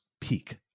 peak